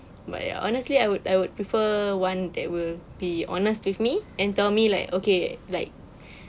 but ya honestly I would I would prefer one that will be honest with me and tell me like okay like